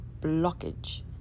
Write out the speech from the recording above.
blockage